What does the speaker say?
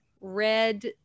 red